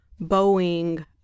Boeing